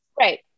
right